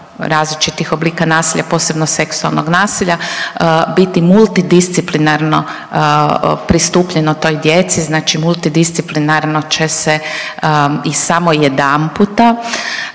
različitih oblika nasilja, posebno seksualnog nasilja biti multidisciplinarno pristupljeno toj djeci, znači multidisciplinarno će se i samo jedanputa